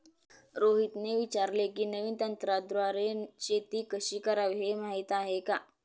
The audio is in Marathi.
रोहितने विचारले की, नवीन तंत्राद्वारे शेती कशी करावी, हे माहीत आहे का?